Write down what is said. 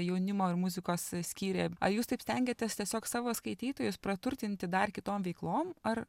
jaunimo ir muzikos skyriai ar jūs taip stengiatės tiesiog savo skaitytojus praturtinti dar kitom veiklom ar